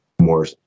more